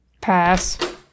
Pass